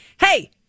hey